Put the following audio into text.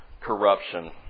corruption